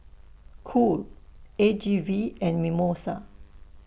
Cool A G V and Mimosa